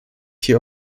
hier